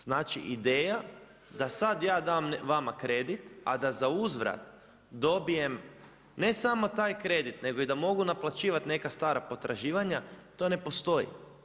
Znači, ideja da sad ja dam vama kredit, a da uzvrat dobijem ne samo taj kredit, nego da mogu naplaćivati, neka stara potraživanja, to ne postoji.